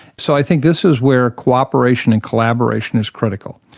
so i think this is where co-operation and collaboration is critical.